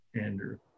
Andrew